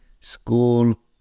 school